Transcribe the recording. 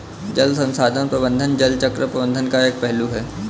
जल संसाधन प्रबंधन जल चक्र प्रबंधन का एक पहलू है